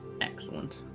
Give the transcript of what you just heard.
excellent